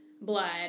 blood